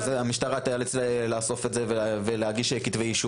אז המשטרה תצטרך לאסוף את זה ולהגיש כתבי אישום,